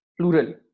plural